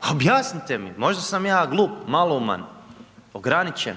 A objasnite mi, možda sam ja glup, malouman, ograničen,